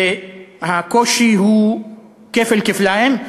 הקושי הוא כפל כפליים.